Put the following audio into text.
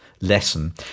lesson